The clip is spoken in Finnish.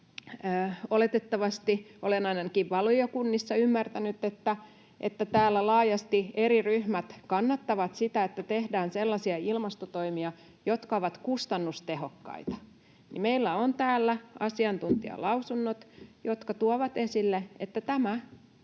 olen ainakin valiokunnissa ymmärtänyt — täällä laajasti eri ryhmät kannattavat sitä, että tehdään sellaisia ilmastotoimia, jotka ovat kustannustehokkaita, niin meillä on täällä asiantuntijalausunnot, jotka tuovat esille, että tämä